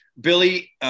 Billy